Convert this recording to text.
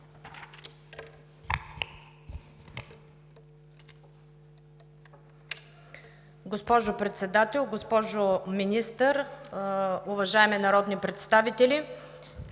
Госпожо Председател, госпожо Министър, уважаеми народни представители!